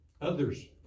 others